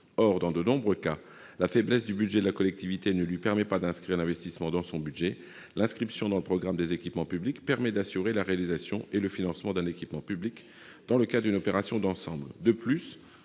Or, dans de nombreux cas, la faiblesse du budget de la collectivité ne lui permet pas d'inscrire l'investissement dans son budget. L'inscription dans le programme des équipements publics permet d'assurer la réalisation et le financement d'un équipement public dans le cadre d'une opération d'ensemble.